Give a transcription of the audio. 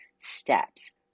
steps